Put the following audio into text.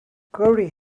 curry